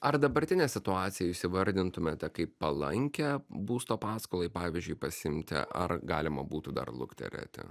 ar dabartinę situaciją jūs įvardintumėte kaip palankią būsto paskolai pavyzdžiui pasiimti ar galima būtų dar lukterėti